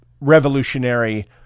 Revolutionary